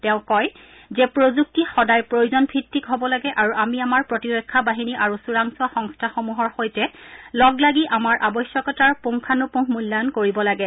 তেওঁ কয় যে প্ৰযুক্তি সদায় প্ৰয়োজন ভিত্তিক হব লাগে আৰু আমি আমাৰ প্ৰতিৰক্ষা বাহিনী আৰু চোৰাংচোৱা সংস্থাসমূহৰ সৈতে লগ লাগি আমাৰ আৱশ্যকতাৰ পুংখানুপুখ মূল্যায়ন কৰিব লাগে